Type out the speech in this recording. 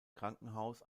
krankenhaus